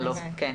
מסתיים.